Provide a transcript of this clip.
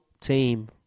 team